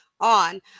on